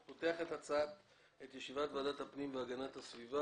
אני פותח את ישיבת ועדת הפנים והגנת הסביבה